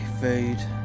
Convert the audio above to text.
food